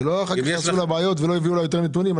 שלא חלילה יעשו לה בעיות ולא יביאו לה יותר נתונים.